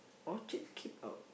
Orchard keep out